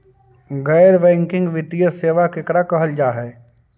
गैर बैंकिंग वित्तीय सेबा केकरा कहल जा है?